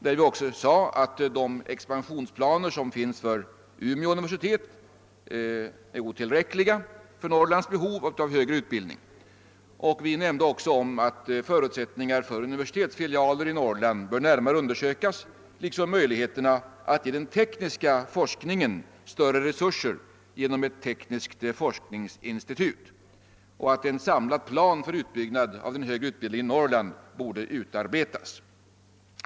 Vi sade också i motioner att de expansionsplaner som finns för Umeå universitet är otillräckliga för Norrlands behov av högre utbildning. Vi framhöll vidare att förutsättningarna för universitetsfilialer i Norrland bör närmare undersökas, liksom möjligheterna att ge den tekniska forskningen större resurser genom ett tekniskt forskningsinstitut och att en samlad plan för den högre utbildningen i Norrland borde utarbetas.